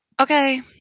Okay